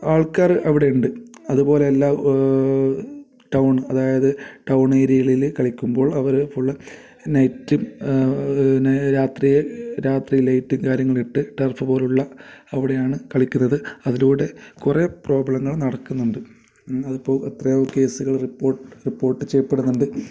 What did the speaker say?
ആൾക്കാർ അവിടെയുണ്ട് അതുപോലെ എല്ലാ ടൗൺ അതായത് ടൗൺ ഏരിയിലേൽ കളിക്കുമ്പോൾ അവർ ഫുള്ള് നെറ്റും നെ രാത്രി രാത്രിയിൽ ലൈറ്റും കാര്യങ്ങളും ഇട്ട് ടർഫ് പോലെയുള്ള അവിടെയാണ് കളിക്കുന്നത് അതിലൂടെ കുറേ പ്രോബ്ലങ്ങൾ നടക്കുന്നുണ്ട് അതിപ്പോൾ എത്രയോ കേസുകൾ റിപ്പോട്ട് റിപ്പോട്ട് ചെയ്യപ്പെടുന്നുണ്ട്